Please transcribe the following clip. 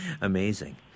Amazing